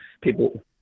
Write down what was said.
People